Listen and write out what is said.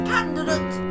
Candidate